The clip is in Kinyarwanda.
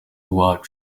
uwacu